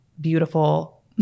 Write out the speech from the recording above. beautiful